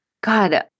God